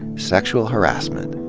sexual harassment.